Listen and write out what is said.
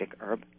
herb